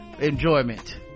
enjoyment